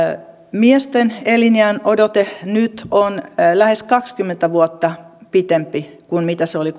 miesten eliniänodote nyt on lähes kaksikymmentä vuotta pitempi kuin se oli